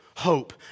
hope